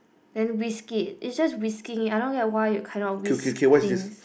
then whisk it it just whisking it I don't get it why you cannot whisk things